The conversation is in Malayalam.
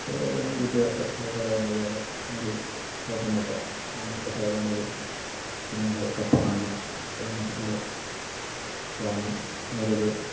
വലിയ കച്ചകക്കാർ വന്നു കഴിഞ്ഞാൽ ഒരു തോട്ടം മൊത്തം ഏത്തവാഴ ആണെങ്കിലും അല്ലെങ്കിൽ കപ്പ ആണെങ്കിലും അത് മൊത്തത്തോടെ വാങ്ങി അവർ അത്